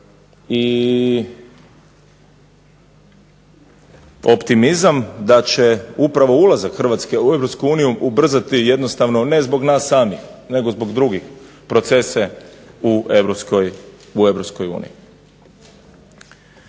i optimizam da će upravo ulazak Hrvatske u Europsku uniju ubrzati jednostavno ne zbog nas samih, nego zbog drugih procese u